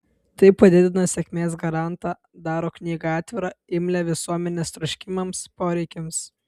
tai padidina sėkmės garantą daro knygą atvirą imlią visuomenės troškimams poreikiams